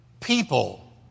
people